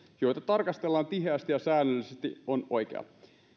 joita tarkastellaan tiheästi ja säännöllisesti on oikea